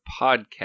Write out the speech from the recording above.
podcast